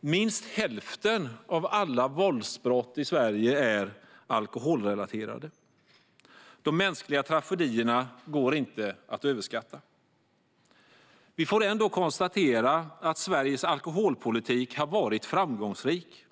Minst hälften av alla våldsbrott i Sverige är alkoholrelaterade. De mänskliga tragedierna går inte att överskatta. Vi får ändå konstatera att Sveriges alkoholpolitik har varit framgångsrik.